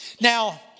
Now